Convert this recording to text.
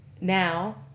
Now